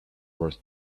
worth